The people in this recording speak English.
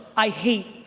i hate,